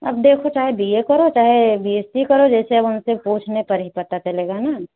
अब देखो चाहे बी ए करो चाहे बी ए सी करो जैसे अब हमसे पूछने पर ही पता चलेगा ना